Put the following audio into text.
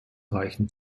reichen